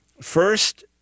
First